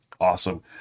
Awesome